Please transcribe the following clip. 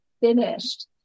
finished